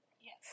Yes